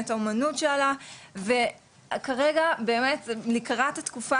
אם זה באמת אמנות שעלה וכרגע באמת לקראת התקופה